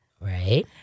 Right